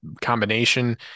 combination